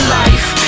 life